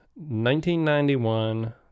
1991